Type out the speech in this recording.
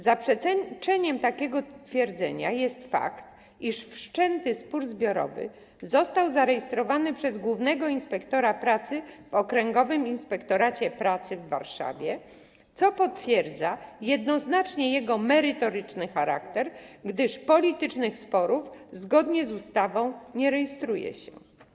Zaprzeczeniem takiego twierdzenia jest fakt, iż spór zbiorowy został zarejestrowany przez głównego inspektora pracy w Okręgowym Inspektoracie Pracy w Warszawie, co potwierdza jednoznacznie jego merytoryczny charakter, gdyż politycznych sporów zgodnie z ustawą nie rejestruje się.